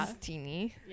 teeny